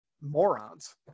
morons